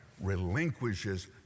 relinquishes